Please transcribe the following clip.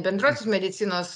bendrosios medicinos